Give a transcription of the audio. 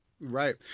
Right